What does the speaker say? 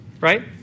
right